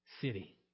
city